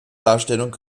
darstellung